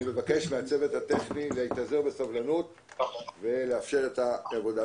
אני מבקש מהצוות הטכני להתאזר בסבלנות ולאפשר את העבודה.